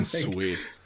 sweet